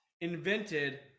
invented